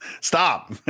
Stop